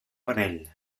penell